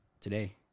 Today